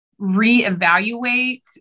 reevaluate